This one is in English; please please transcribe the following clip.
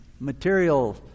Material